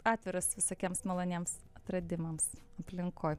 atviras visokiems maloniems atradimams aplinkoj